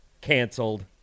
canceled